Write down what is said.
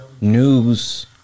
news